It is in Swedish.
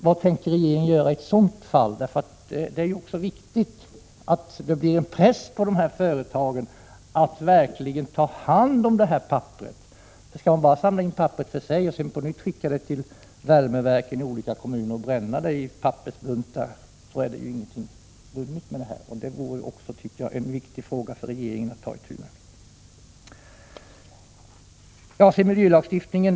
Vad tänker regeringen göra i detta fall? Det är viktigt att sätta press på dessa företag att verkligen ta hand om papperet. Skall man skicka pappersbuntarna till värmeverken i olika kommuner för bränning, har man inte vunnit någonting. Detta är en viktig fråga för regeringen att ta itu med.